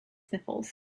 sniffles